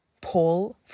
Paul